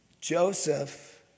Joseph